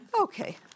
Okay